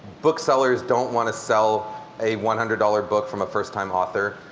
booksellers don't want to sell a one hundred dollars book from a first time author.